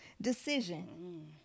decision